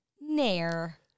Nair